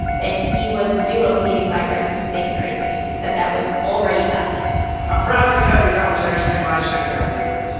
that he was relocating migrants to sanctuary cities. he said that was already happening i'm proud to tell you that was actually my sick idea, but. so